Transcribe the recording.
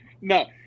No